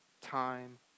time